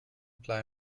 blei